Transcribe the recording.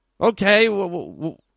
Okay